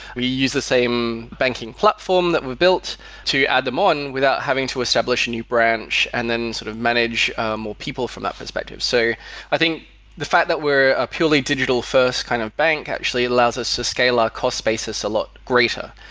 we use the same banking platform that we've built to add them on without having to establish new branch and then sort of manage more people from that perspective. so i think the fact that we're a purely digital first kind of bank actually allows us to scale our cost basis a lot greater.